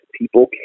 people